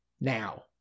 Now